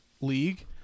league